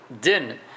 din